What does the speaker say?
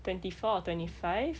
twenty four or twenty five